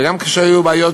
גם כשהיו בעיות,